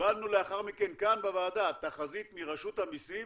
קיבלנו לאחר מכן כאן בוועדה תחזית מרשות המסים